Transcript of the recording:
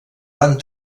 van